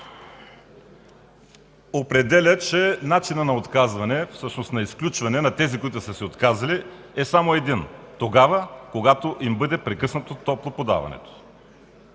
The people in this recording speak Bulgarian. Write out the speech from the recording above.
определя, че начинът на отказване, всъщност на изключване на тези, които са се отказали, е само един: тогава, когато им бъде прекъснато топлоподаването.